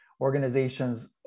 Organizations